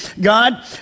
God